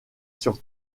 sur